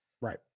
Right